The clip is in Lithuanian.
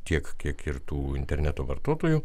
tiek kiek ir tų interneto vartotojų